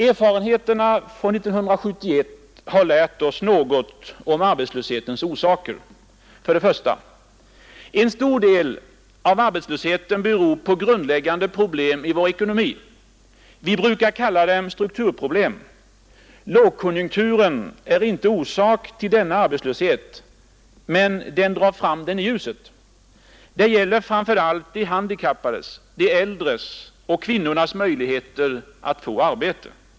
Erfarenheterna från 1971 har lärt oss något om arbetslöshetens orsaker. För det första: En stor del av arbetslösheten beror på grundläggande problem i vår ekonomi. Vi brukar kalla dem strukturproblem. Lågkonjunkturen är inte orsak till denna arbetslöshet men drar fram den i ljuset. Det gäller framför allt de handikappades, de äldres och kvinnornas möjligheter att få arbete.